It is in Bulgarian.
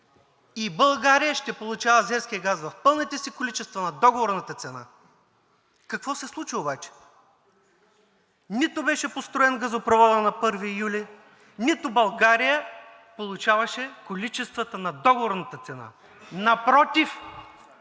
и България ще получава азерския газ в пълните си количества на договорната цена. Какво се случи обаче? Нито беше построен газопроводът на 1 юли, нито България получаваше количествата на договорната цена. (Реплика